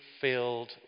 filled